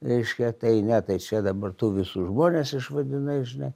reiškia tai ne tai čia dabar tu visus žmonės išvadinai žinai